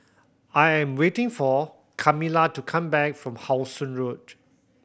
I am waiting for Kamila to come back from How Sun Road